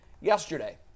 yesterday